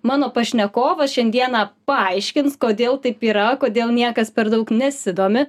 mano pašnekovas šiandieną paaiškins kodėl taip yra kodėl niekas per daug nesidomi